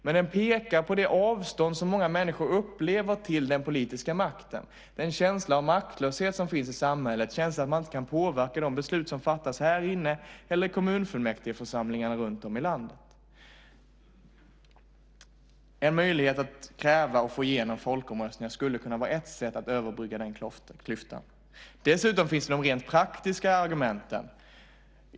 Men den pekar på det avstånd som många människor upplever till den politiska makten och på den känsla av maktlöshet som finns i samhället. Det finns en känsla av att man inte kan påverka de beslut som fattas här inne eller i kommunfullmäktigeförsamlingarna runtom i landet. En möjlighet att kräva och få igenom folkomröstningar skulle kunna vara ett sätt att överbrygga den klyftan. Dessutom finns de rent praktiska argumenten.